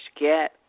get